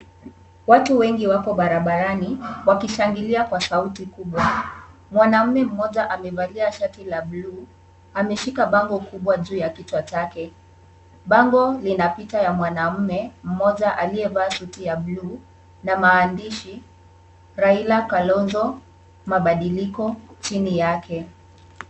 Watu wengi wako barabarani wakishangilia kwa sauti kubwa, mwanamume mmoja amevalia shati la bluu, ameshika bango kubwa juu ya kichwa chake, bango lina picha ya mwanamume mmoja aliyevaa suti ya bluu na maandishi Raila, Kalonzo, mabandiliko chini yake.